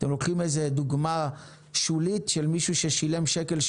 אתם לוקחים איזו דוגמה שולית של מישהו ששילם 1.80 שקל?